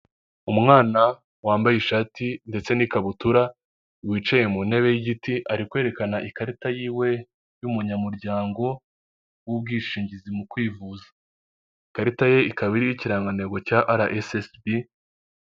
Umwana wambaye ishati ndetse n'ikabutura wicaye mu ntebe y'igiti ari kwerekana ikarita yiwe y'umunyamuryango w'ubwishingizi mu kwivuza, ikarita ye ikaba iriho ikirangantego cya asa ese esibi.